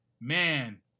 man